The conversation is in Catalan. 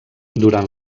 durant